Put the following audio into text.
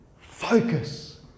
Focus